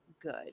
good